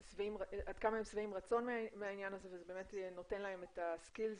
שבעי רצון מהעניין וזה נותן להם את הכישורים